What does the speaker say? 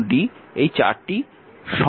এবং এই 4টি সংযোগ রয়েছে